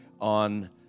on